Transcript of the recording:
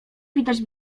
widać